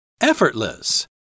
Effortless